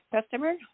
customer